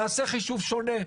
נעשה חישוב שונה,